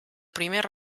primer